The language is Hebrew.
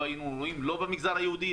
לא היינו רואים לא במגזר היהודי,